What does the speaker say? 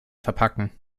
verpacken